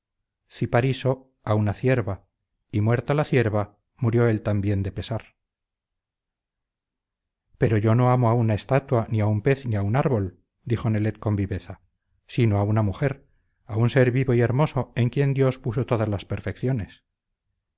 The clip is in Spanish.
pescado cipariso a una cierva y muerta la cierva murió él también de pesar pero yo no amo a una estatua ni a un pez ni a un árbol dijo nelet con viveza sino a una mujer a un ser vivo y hermoso en quien dios puso todas las perfecciones